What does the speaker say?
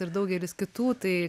ir daugelis kitų tai